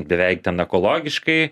beveik ten ekologiškai